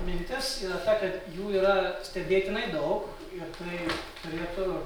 mintis yra ta kad jų yra stebėtinai daug ir tai turėtų